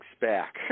back